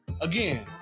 Again